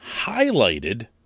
highlighted